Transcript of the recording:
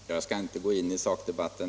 Herr talman! Jag skall inte gå in i sakdebatten.